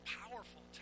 powerful